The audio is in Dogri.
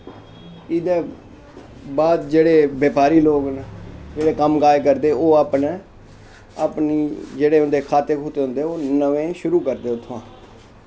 एह्दै बाद जेह्ड़े बपारी लोग न जेह्ड़े कम्म काज करदे ओह् अपने अपने जेह्ड़े उं'दे खाते खूते होंदे नमें शुरू करदे उत्थुआं दा